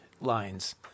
Lines